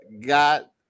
got